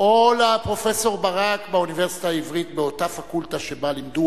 פרופסור ברק באוניברסיטה העברית באותה פקולטה שבה לימדו,